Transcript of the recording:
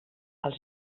els